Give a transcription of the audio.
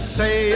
say